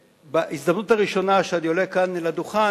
בהזדמנות הראשונה שאני עולה כאן אל הדוכן,